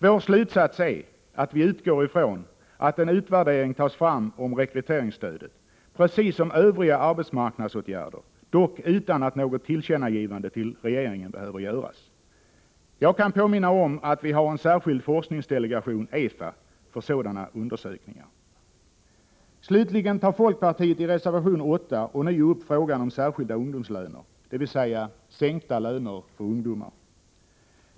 Vår slutsats är att vi skall utgå ifrån att en utvärdering tas fram om rekryteringsstödet precis som av övriga arbetsmarknadsåtgärder, dock utan att något tillkännagivande till regeringen behöver göras. Jag vill påminna om att vi har en särskild forskningsdelegation, EFA, för sådana undersökningar. Slutligen tar folkpartiet i reservation 8 ånyo upp frågan om särskilda ungdomslöner, dvs. sänkta löner för ungdomar.